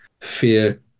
fear